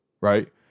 right